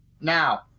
Now